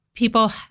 People